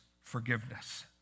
forgiveness